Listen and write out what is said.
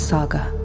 Saga